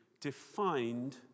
defined